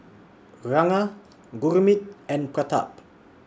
Ranga Gurmeet and Pratap